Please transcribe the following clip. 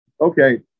okay